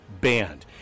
banned